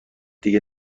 دیگه